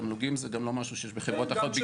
תמלוגים זה גם לא משהו שיש בחברות אחרות.